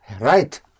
Right